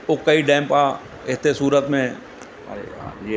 उकई dam आहे हिते सूरत में अरे यार जे